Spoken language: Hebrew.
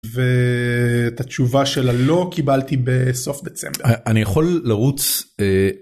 ואת התשובה של הלא, קיבלתי בסוף דצמבר. אני יכול לרוץ.